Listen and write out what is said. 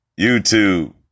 YouTube